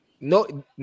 no